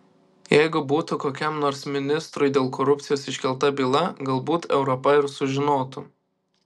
jeigu būtų kokiam nors ministrui dėl korupcijos iškelta byla galbūt europa ir sužinotų